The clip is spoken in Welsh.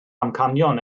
amcanion